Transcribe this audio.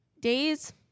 Days